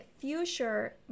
future